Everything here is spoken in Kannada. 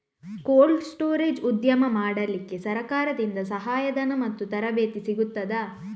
ಕೋಲ್ಡ್ ಸ್ಟೋರೇಜ್ ಉದ್ಯಮ ಮಾಡಲಿಕ್ಕೆ ಸರಕಾರದಿಂದ ಸಹಾಯ ಧನ ಮತ್ತು ತರಬೇತಿ ಸಿಗುತ್ತದಾ?